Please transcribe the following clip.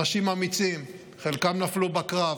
אנשים אמיצים, חלקם נפלו בקרב.